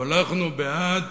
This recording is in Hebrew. אנחנו בעד